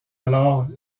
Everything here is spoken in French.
alors